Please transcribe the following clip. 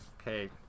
Okay